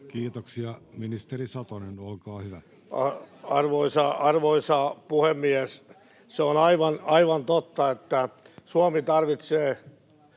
Kiitoksia. — Ministeri Satonen, olkaa hyvä. Arvoisa puhemies! Se on aivan totta, että Suomi tarvitsee